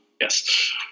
Yes